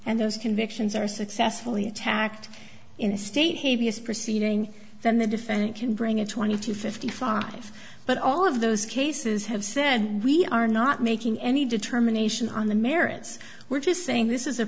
and those convictions are successfully attacked in the state he is proceeding then the defendant can bring a twenty to fifty five but all of those cases have said we are not making any determination on the merits we're just saying this is